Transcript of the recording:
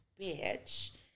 bitch